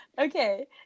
okay